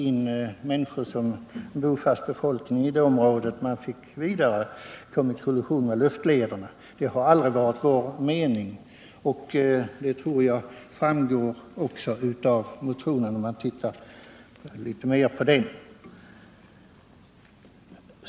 Det anfördes ju då att det fanns bofast befolkning inom området och att det skulle bli kollision med luftlederna. Det har aldrig varit vår mening att utsträcka fältet så långt, och det tror jag också framgår av motionen när man tittar litet närmare på den.